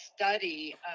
study